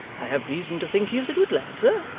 i have reason to think he is a good lad, sir,